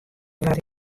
wat